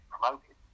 promoted